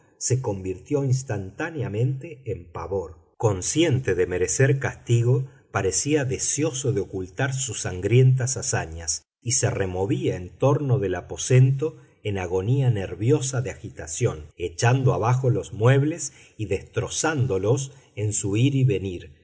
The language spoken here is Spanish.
se convirtió instantáneamente en pavor consciente de merecer castigo parecía deseosa de ocultar sus sangrientas hazañas y se removía en torno del aposento en agonía nerviosa de agitación echando abajo los muebles y destrozándolos en su ir y venir